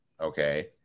okay